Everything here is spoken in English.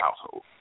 household